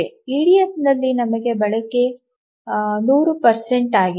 ಇಡಿಎಫ್ಗಾಗಿ ನಮಗೆ ಬಳಕೆ 100 ಅಗತ್ಯವಿದೆ